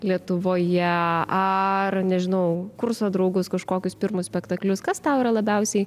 lietuvoje ar nežinau kurso draugus kažkokius pirmus spektaklius kas tau yra labiausiai